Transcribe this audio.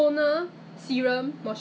lifetime membership 还是